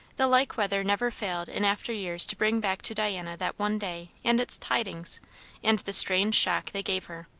the like weather never failed in after years to bring back to diana that one day and its tidings and the strange shock they gave her.